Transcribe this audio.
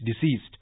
deceased